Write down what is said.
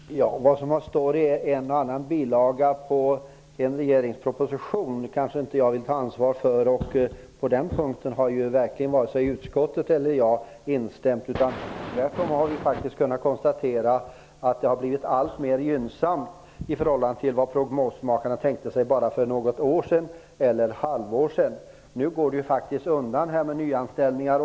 Herr talman! Vad som står i en och annan bilaga i en regeringsproposition kanske jag inte vill ta ansvar för. På den punkten har varken utskottet eller jag instämt. Därför har vi kunnat konstatera att det blivit alltmer gynnsamt i förhållande till det som prognosmakarna tänkte sig för bara något år eller halvår sedan. Nu går det undan när det gäller nyanställningar.